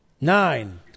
Nine